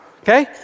okay